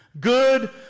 Good